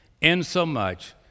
insomuch